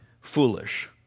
foolish